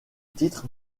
titre